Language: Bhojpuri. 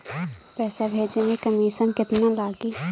पैसा भेजे में कमिशन केतना लागि?